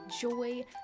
joy